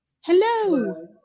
Hello